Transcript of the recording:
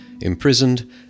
imprisoned